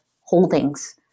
holdings